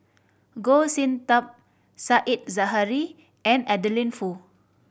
Goh Sin Tub Said Zahari and Adeline Foo